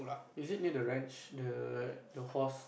is it near the ranch the the horse